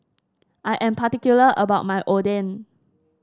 I am particular about my Oden